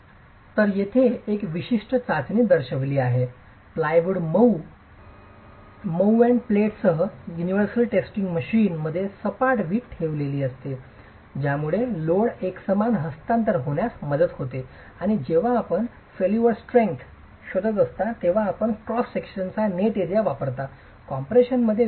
तर येथे एक विशिष्ट चाचणी दर्शविली आहे प्लायवुड मऊ प्लॅनेट्स मऊ एंड प्लेट्ससह युनिव्हर्सल टेस्टिंग मशीन मध्ये सपाट विट ठेवलेली वीट ठेवली जाते ज्यामुळे लोडचे एकसमान हस्तांतरण होण्यास मदत होते आणि जेव्हा आपण फैलूर स्ट्रेंग्थ शोधत असता तेव्हा आपण क्रॉस सेक्शनचे नेट एरिया वापरता कॉम्प्रेशन अंतर्गत वीट च्या